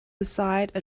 beside